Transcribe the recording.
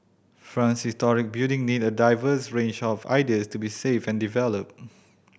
France's historic building need a diverse range of ideas to be saved and developed